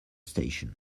station